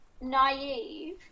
naive